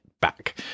back